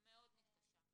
מאוד מתקשה.